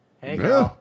Hey